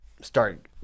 start